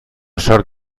sort